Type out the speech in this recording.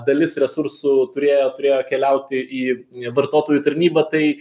dalis resursų turėjo turėjo keliauti į vartotojų tarnybą tai